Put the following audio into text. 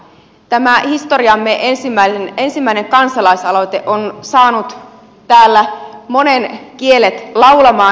tämä historiamme ensimmäinen kansalaisaloite on saanut täällä monen kielet laulamaan